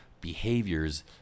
behaviors